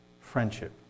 friendship